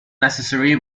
necessary